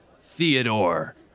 Theodore